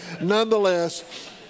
nonetheless